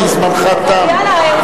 כי זמנך תם.